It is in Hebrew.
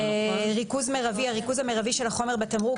"ריכוז מרבי" הריכוז המרבי של החומר בתמרוק,